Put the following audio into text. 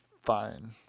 fine